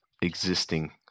existing